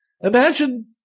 imagine